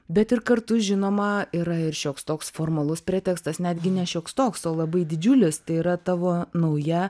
bet ir kartu žinoma yra ir šioks toks formalus pretekstas netgi ne šioks toks o labai didžiulis tai yra tavo nauja